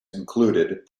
included